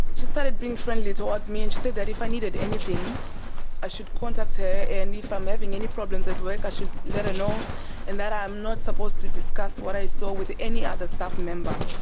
she started being friendly towards me and she said that if i needed anything i should contact her, and if i'm having any problems at work i should let her know and that i'm not supposed to discuss what i saw with any other staff member,